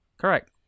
Correct